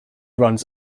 runs